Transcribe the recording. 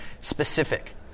specific